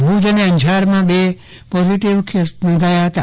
ભુજ અને અંજારમાં બે પોઝીટીવ કેસ નોંધાયા હતા